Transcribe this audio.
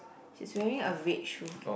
she is wearing a red shoe